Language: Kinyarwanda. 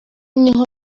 niho